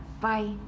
bye